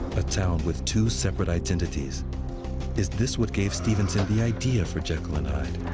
a town with two separate identities is this what gave stevenson the idea for jekyll and hyde?